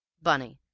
bunny,